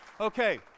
Okay